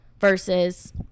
versus